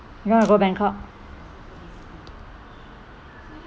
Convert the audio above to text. you going to go bangkok